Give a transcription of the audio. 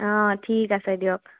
অঁ ঠিক আছে দিয়ক